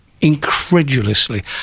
incredulously